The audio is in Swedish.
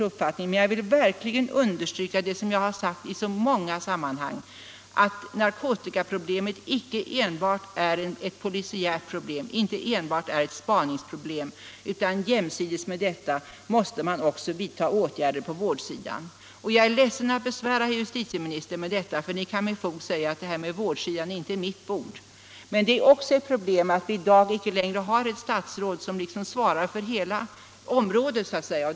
Jag vill verkligen understryka något som jag har sagt i många sammanhang, nämligen att narkotikaproblemet icke enbart är ett polisiärt problem, icke enbart är ett spaningsproblem. Jämsides med spaningsverksamheten måste man också vidta åtgärder på vårdsidan. Jag är ledsen att besvära herr justitieministern med detta — ni kan med fog säga: Vårdsidan är inte mitt bord. Men det är också ett problem att vi i dag icke längre har ett statsråd som så att säga svarar för hela området.